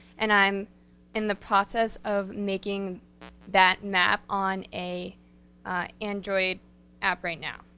and i'm in the process of making that map on a android app right now.